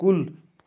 کُل